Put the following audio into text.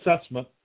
assessment